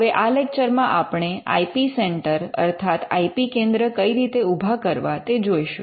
હવે આ લેક્ચરમાં આપણે આઇ પી સેન્ટર અર્થાત આઇ પી કેન્દ્ર કઈ રીતે ઉભા કરવા તે જોઈશું